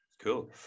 Cool